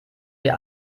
wir